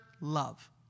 love